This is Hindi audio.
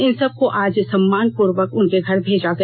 इनसब को आज सम्मान पूर्वक उनके घर भेजा गया